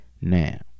now